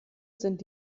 sind